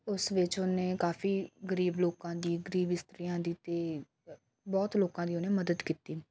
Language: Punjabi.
ਉਸ ਵਿੱਚ ਉਹਨੇ ਕਾਫੀ ਗਰੀਬ ਲੋਕਾਂ ਦੀ ਗਰੀਬ ਇਸਤਰੀਆਂ ਦੀ ਅਤੇ ਬਹੁਤ ਲੋਕਾਂ ਦੀ ਉਹਨੇ ਮਦਦ ਕੀਤੀ